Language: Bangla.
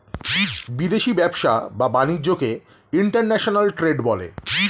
বিদেশি ব্যবসা বা বাণিজ্যকে ইন্টারন্যাশনাল ট্রেড বলে